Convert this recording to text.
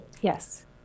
Yes